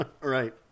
Right